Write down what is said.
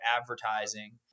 advertising